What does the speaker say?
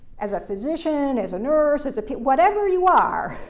as a physician, as a nurse, as a whatever you are,